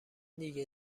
دیگه